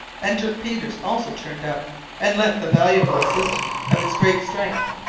and dirk peters also turned up and lent the valuable assistance of his great strength,